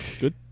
Good